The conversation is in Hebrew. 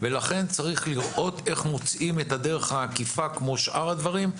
לכן צריך לראות איך מוצאים את הדרך העקיפה כמו שאר הדברים,